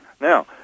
now